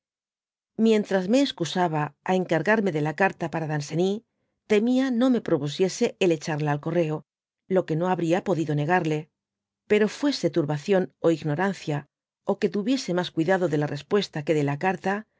mientras meescusaba á encargarme de la carta para danceny temia no me propusiese el echarla al correo lo que no habría podido negarle pero fuese turbación ó ignorancia ó que tuviese mas cuidado de la repuesta que de la carta